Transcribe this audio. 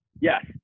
Yes